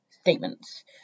statements